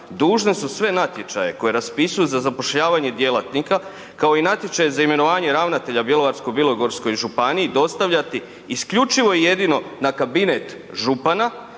dužne su sve natječaje koje raspisuju za zapošljavanje djelatnika kao i natječaje za imenovanje ravnatelja, Bjelovarsko-bilogorskoj županiji dostavljati isključivo i jedino na kabinet župana